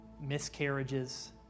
miscarriages